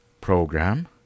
program